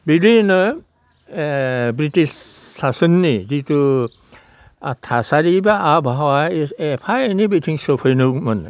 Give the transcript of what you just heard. बिदिनो ब्रिटिस सासननि जिथु थासारि एबा आबहावा एफा एनै बेथिं सफैदोंमोन